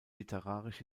literarisch